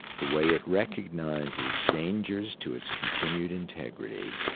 the way it recognizes dangers to its continued integrity.